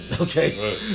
Okay